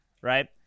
right